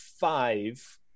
five